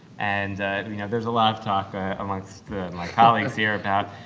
and i mean yeah there's a lot of talk ah amongst like colleagues here about,